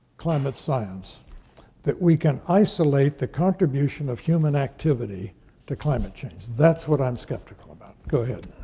climate science that we can isolate the contribution of human activity to climate change. that's what i'm skeptical about. go ahead.